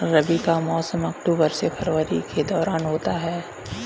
रबी का मौसम अक्टूबर से फरवरी के दौरान होता है